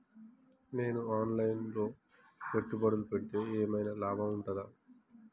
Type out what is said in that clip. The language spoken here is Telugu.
నేను ఆన్ లైన్ లో పెట్టుబడులు పెడితే ఏమైనా లాభం ఉంటదా?